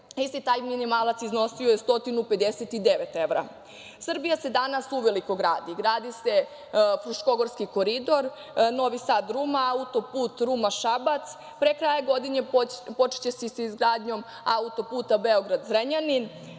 isti taj minimalac je iznosio 159 evra. Srbija se danas uveliko gradi. Gradi se Fruškogorski koridor, Novi Sad-Ruma, autoput Ruma-Šabac. Pre kraja godine počeće se sa izgradnjom autoputa Beograd-Zrenjanin.